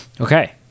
Okay